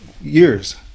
years